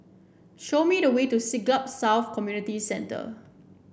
show me the way to Siglap South Community Centre